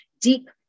deep